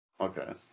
Okay